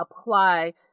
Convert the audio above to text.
apply